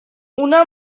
una